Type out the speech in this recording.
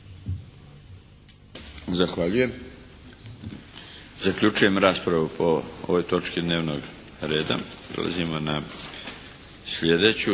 Zahvaljujem. Zaključujem raspravu po ovoj točci dnevnog reda. **Šeks, Vladimir